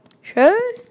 Sure